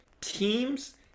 teams